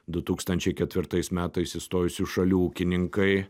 du tūkstančiai ketvirtais metais įstojusių šalių ūkininkai